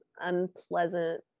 unpleasant